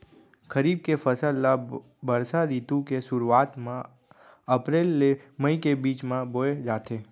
खरीफ के फसल ला बरसा रितु के सुरुवात मा अप्रेल ले मई के बीच मा बोए जाथे